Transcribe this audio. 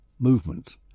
movement